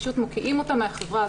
פשוט מוקיעים אותם מהחברה.